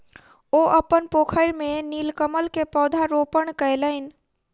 ओ अपन पोखैर में नीलकमल के पौधा रोपण कयलैन